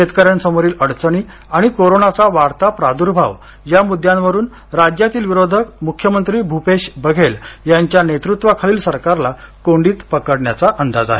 शेतकऱ्यांसमोरील अडचणी आणि कोरोनाचा वाढता प्रादुर्भाव या मुद्यांवरून राज्यातील विरोधक मुख्यमंत्री भूपेश बघेल यांच्या नेतृत्वाखालील सरकारला कोंडीत पकडण्याची अंदाज आहे